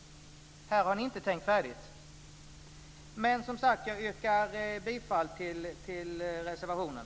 Här har ni inte tänkt färdigt. Jag yrkar bifall till reservationen.